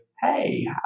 hey